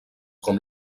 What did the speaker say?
com